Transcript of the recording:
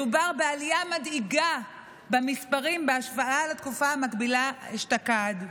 מדובר בעלייה מדאיגה במספרים בהשוואה לתקופה המקבילה אשתקד.